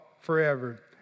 forever